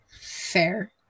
Fair